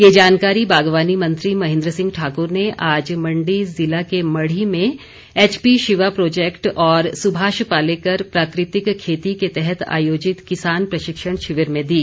ये जानकारी बागवानी मंत्री महेन्द्र सिंह ठाकुर ने आज मंडी जिला के मढ़ी में एचपी शिवा प्रोजैक्ट और सुभाष पालेकर प्राकृतिक खेती के तहत आयोजित किसान प्रशिक्षण शिविर में दी